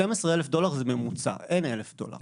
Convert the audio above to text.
12,000 דולר זה ממוצע, אין 1,000 דולר.